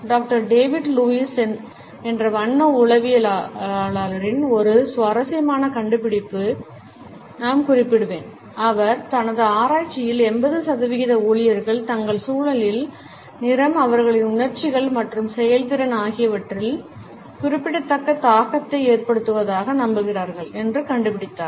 doctor David Lewis என்ற வண்ண உளவியலாளரின் ஒரு சுவாரஸ்யமான கண்டுபிடிப்பை நான் குறிப்பிடுவேன் அவர் தனது ஆராய்ச்சியில் 80 சதவிகித ஊழியர்கள் தங்கள் சூழலின் நிறம் அவர்களின் உணர்ச்சிகள் மற்றும் செயல்திறன் ஆகியவற்றில் குறிப்பிடத்தக்க தாக்கத்தை ஏற்படுத்துவதாக நம்புகிறார்கள் என்று கண்டுபிடித்தார்